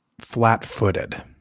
flat-footed